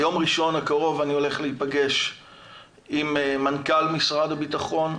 ביום ראשון הקרוב אני הולך להיפגש עם מנכ"ל משרד הביטחון.